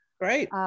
Great